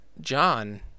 John